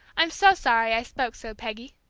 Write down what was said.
i'm so sorry i spoke so, peggy,